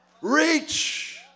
Reach